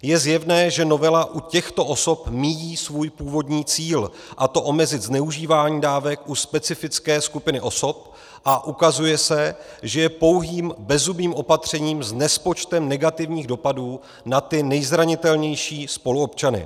Je zjevné, že novela u těchto osob míjí svůj původní cíl, a to omezit zneužívání dávek u specifické skupiny osob, a ukazuje se, že je pouhým bezzubým opatřením s nespočtem negativních dopadů na ty nejzranitelnější spoluobčany.